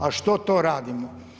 A što to radimo?